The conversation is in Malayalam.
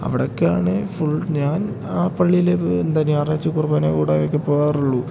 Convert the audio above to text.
അവടേക്കാണ് ഫുൾ ഞാൻ ആ പള്ളിയിലേക്ക് എന്താ ഞായറാഴ്ച്ച കുർബാന കൂടാനൊയേക്കെ പോകാറുള്ളൂ